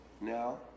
Now